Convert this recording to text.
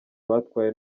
batwaye